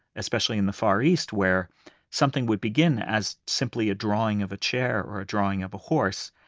especially in the far east where something would begin as simply a drawing of a chair or a drawing of a horse.